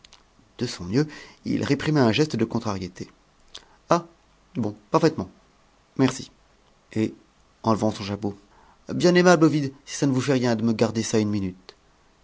de son mieux il réprima un geste de contrariété ah bon parfaitement merci et enlevant son chapeau bien aimable ovide si ça ne vous fait rien de me garder ça une minute